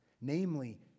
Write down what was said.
namely